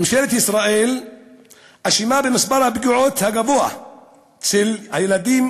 ממשלת ישראל אשמה במספר הפגיעות הגבוה של הילדים